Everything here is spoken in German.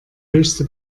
höchste